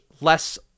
less